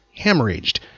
hemorrhaged